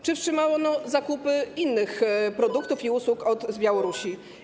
Czy wstrzymano zakupy innych produktów i usług z Białorusi?